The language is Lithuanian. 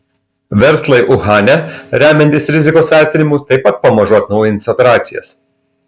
verslai uhane remiantis rizikos vertinimu taip pat pamažu atnaujins operacijas